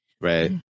Right